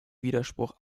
widerspruch